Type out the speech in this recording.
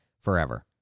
forever